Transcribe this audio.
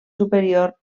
superior